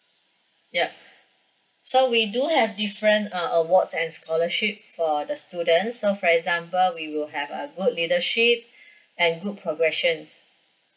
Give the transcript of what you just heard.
yup so we do have different uh awards and scholarship for the students so for example we will have a good leadership and good progressions